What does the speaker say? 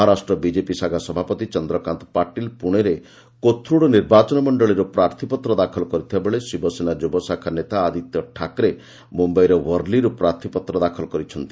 Maharashtra BJP ଶାଖା ସଭାପତି ଚନ୍ଦ୍ରକାନ୍ତ ପାଟିଲ୍ ପୁଣେର କୋଥ୍ରୁଡ୍ ନିର୍ବାଚନ ମଣ୍ଡଳୀରୁ ପ୍ରାର୍ଥୀପତ୍ର ଦାଖଲ କରିଥିବା ବେଳେ ଶିବସେନା ଯୁବଶାଖା ନେତା ଆଦିତ୍ୟ ଠାକରେ ମୁମ୍ୟାଇର ୱର୍ଲୀରୁ ପ୍ରାର୍ଥୀପତ୍ର ଦାଖଲ କରିଛନ୍ତି